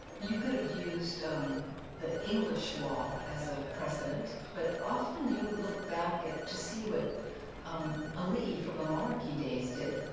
you could have used um the english law as a precedent, but often, you would look back to see what ali'i from the monarchy days did.